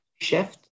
shift